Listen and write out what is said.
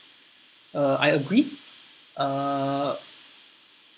uh I agree uh